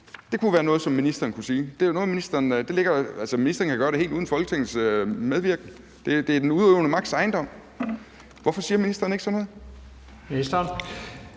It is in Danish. Det kunne være noget, ministeren kunne sige. Ministeren kan gøre det helt uden Folketingets medvirken. Det er den udøvende magts ejendom. Hvorfor siger ministeren ikke sådan noget? Kl.